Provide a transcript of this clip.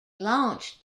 launched